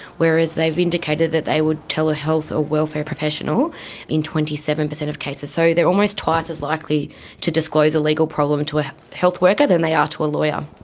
whereas they've indicated that they would tell a health or welfare professional in twenty seven percent of cases. so they are almost twice as likely to disclose a legal problem to a health worker than they are to a lawyer.